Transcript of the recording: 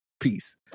Peace